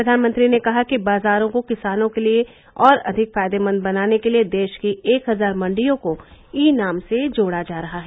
प्रधानमंत्री ने कहा कि बाजारों को किसानों के लिए और अधिक फायदेमंद बनाने के लिए देश की एक हजार मंडियों को ई नाम से जोड़ा जा रहा है